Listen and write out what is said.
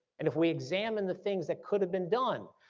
and if we examine the things that could have been done,